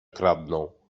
kradną